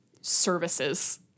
services